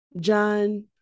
John